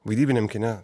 vaidybiniam kine